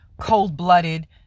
cold-blooded